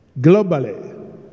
globally